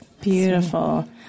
Beautiful